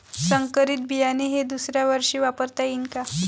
संकरीत बियाणे हे दुसऱ्यावर्षी वापरता येईन का?